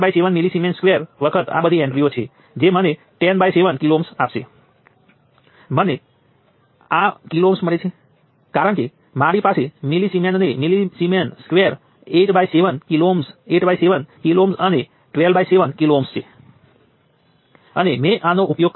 super નોડમાં બે નોડને જોડવા માટે આપણે એક સમીકરણ ગુમાવ્યું છે પરંતુ આપણે વોલ્ટેજ નિયંત્રણ વોલ્ટેજ સ્ત્રોતની વ્યાખ્યા પરથી એક સમીકરણ મેળવી શકીએ છીએ